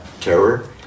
terror